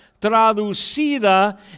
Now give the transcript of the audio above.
traducida